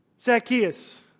Zacchaeus